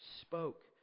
spoke